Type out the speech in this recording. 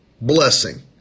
blessing